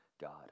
God